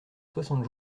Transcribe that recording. soixante